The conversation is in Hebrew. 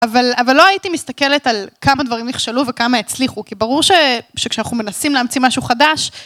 אבל, אבל לא הייתי מסתכלת על כמה דברים נכשלו וכמה הצליחו, כי ברור שכשאנחנו מנסים להמציא משהו חדש...